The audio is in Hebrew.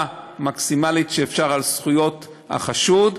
מקסימלית ככל האפשר על זכויות החשוד,